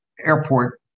airport